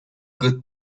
good